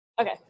okay